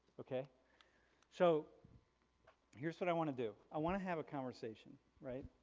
okay so here's what i want to do. i want to have a conversation, right?